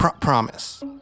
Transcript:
promise